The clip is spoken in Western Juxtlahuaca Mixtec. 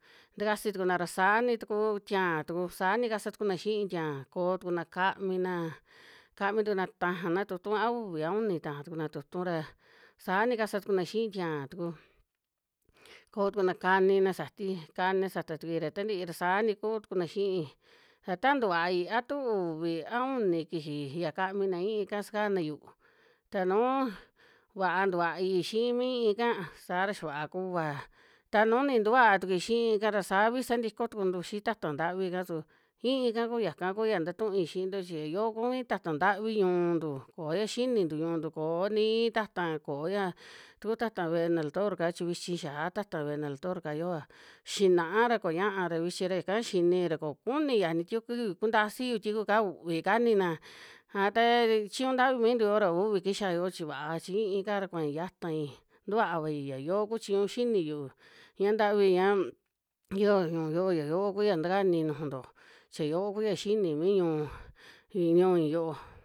Ntakasi tukuna ra saa ni tuku tian tuku, saa ni kasa tukuna xii tian koo tukuna kaminaa, kami tukunaa tajana tu'utu a uvi, a uni taja tukuna tu'utu ra, saa ni kasa tukuna xii tian tuku, koo tukuna kanina sati, kanina sata tukui ra tantii ra saa ni kuu tukuna xii, a ta tukuai a tu uvi, a uni kiji ya kamina i'ínka sakanayu, ta nuu va'a tuvai xii mi i'ínka saa ra xia vaa kuaa, ta nuu nintuva'a tukui xii i'ínka ra saavi sa ntiko tukuntu xi ta'ta ntavi'ka, su i'íka ku yaka ku ya nta tu'ui xiinto chi ya yoo ku mii ta'ta ntavi ñu'untu, koo ya xinintu ñu'untu koo nii ta'ta koya, ta ku ta'ta ve'e na lotor'ka chi vichi xiaa ta'ta ve'e na lotor'ka yoa, xinaa ra koñaa ra vichi ra yaka xini ra, kokuni yiajni tiku yu, kuntasiyu tiku'ka uvii kani'na, a ta chiñu ntavi mintu yoo ra uvii kixia yoo chi vaa, chi i'íka ra kuai yatai, tuvaavai ya yo'o ku chiñu xiniyu, ña ntavi ña yoo ñu'un yo'o ya yoo kuya ntakani nujunto, chi ya yo'o kuya xini mii ñu-ñu'ui yo'o.